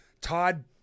Todd